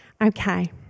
Okay